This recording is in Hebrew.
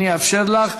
אני אאפשר לך.